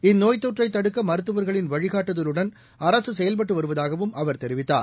இந்நோய்த்தொற்றைதடுக்கமருத்துவர்களின் வழிகாட்டுதலுடன் அரசுசெயல்பட்டுவருவதாகவும் அவர் தெரிவித்தார்